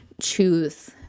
choose